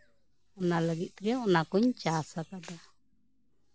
ᱚᱱᱟ ᱞᱟᱹᱜᱤᱫ ᱛᱮᱜᱮ ᱚᱱᱟ ᱠᱩᱧ ᱪᱟᱥ ᱟᱠᱟᱫᱟ